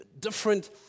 different